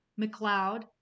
McLeod